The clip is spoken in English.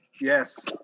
Yes